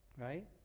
right